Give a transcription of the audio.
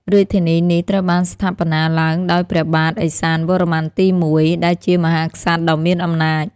រាជធានីនេះត្រូវបានស្ថាបនាឡើងដោយព្រះបាទឦសានវរ្ម័នទី១ ដែលជាមហាក្សត្រដ៏មានអំណាច។